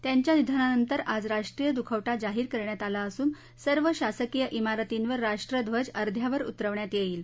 त्यांच्या निधनानंतर आज राष्ट्रीय दुखवटा जाहीर करण्यात आला असून सर्व शासकीय इमारतींवर राष्ट्रध्वज अध्यावर उतरवण्यात येईल